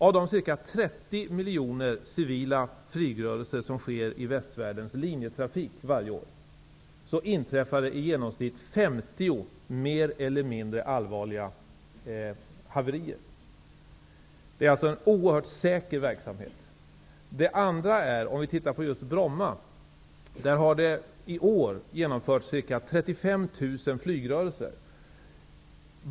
Av de ca 30 miljoner civila flygrörelser som sker i västvärldens linjetrafik varje år inträffar i genomsnitt 50 mer eller mindre allvarliga haverier. Det är alltså en oerhört säker verksamhet. På Bromma har i år genomförts ca 35 000 flygrörelser.